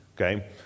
okay